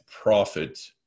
profit